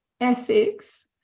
ethics